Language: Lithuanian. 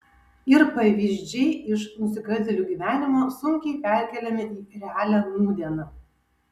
ir pavyzdžiai iš nusikaltėlių gyvenimo sunkiai perkeliami į realią nūdieną